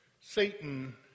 Satan